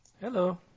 Hello